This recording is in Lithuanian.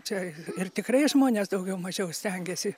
čia ir tikrai žmonės daugiau mažiau stengiasi